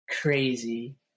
Crazy